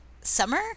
Summer